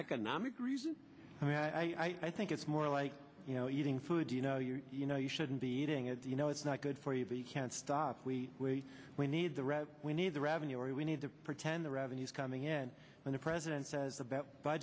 economic reason i think it's more like you know eating food you know you're you know you shouldn't be eating it you know it's not good for you but you can't stop we we need the red we need the revenue we need to pretend the revenues coming in and the president says about by